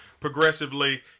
progressively